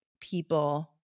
people